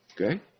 Okay